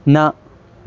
न